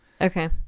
Okay